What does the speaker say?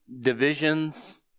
divisions